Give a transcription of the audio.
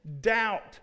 doubt